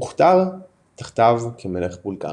הוכתר תחתיו כמלך בולגריה.